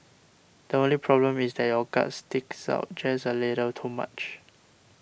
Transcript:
the only problem is that your gut sticks out just a little too much